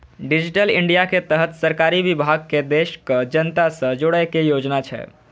digital India के तहत सरकारी विभाग कें देशक जनता सं जोड़ै के योजना छै